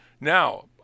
now